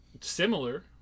similar